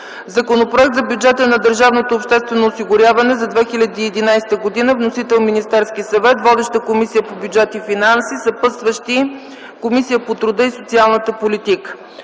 Законопроект за Бюджета на Държавното обществено осигуряване за 2011 г. Вносител е Министерският съвет. Водеща е Комисията по бюджет и финанси. Съпътстваща е Комисията по труда и социалната политика;